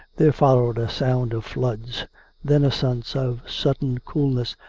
there followed a sound of floods then a sense of sudden coolness,